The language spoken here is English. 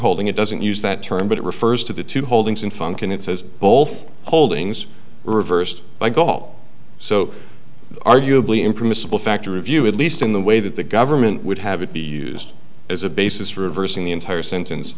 holding it doesn't use that term but it refers to the two holdings in function it says both holdings reversed by gaul so arguably impermissible factor review at least in the way that the government would have it be used as a basis reversing the entire sentence